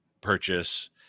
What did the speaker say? purchase